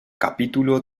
capítulo